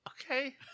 Okay